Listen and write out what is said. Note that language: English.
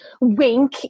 Wink